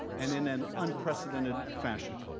and an an unprecedented fashion.